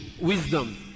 wisdom